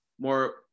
more